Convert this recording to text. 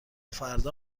فردا